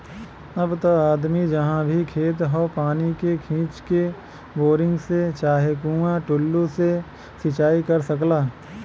अब त आदमी जहाँ भी खेत हौ पानी के खींच के, बोरिंग से चाहे कुंआ टूल्लू से सिंचाई कर सकला